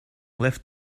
lev